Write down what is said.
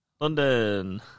London